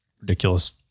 ridiculous